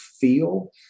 feel